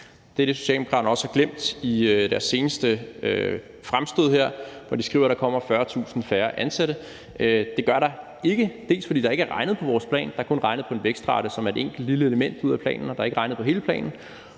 Det er det, Socialdemokraterne også har glemt i deres seneste fremstød her, hvor de skriver, at der kommer 40.000 færre ansatte. Det gør der ikke – der er ikke regnet på vores plan; der er kun regnet på en vækstrate, som er et enkelt lille element i planen, men der er ikke regnet på hele planen.